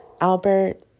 Albert